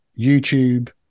YouTube